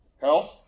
health